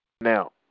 Now